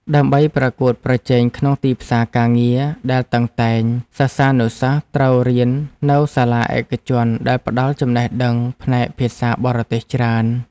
ដើម្បីប្រកួតប្រជែងក្នុងទីផ្សារការងារដែលតឹងតែង សិស្សានុសិស្សត្រូវរៀននៅសាលាឯកជនដែលផ្ដល់ចំណេះដឹងផ្នែកភាសាបរទេសច្រើន។